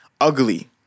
ugly